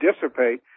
dissipate